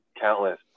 countless